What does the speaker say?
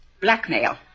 Blackmail